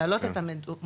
להעלות את המודעות,